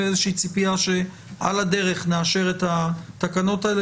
והציפייה שעל הדרך נאשר את התקנות האלה,